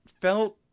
felt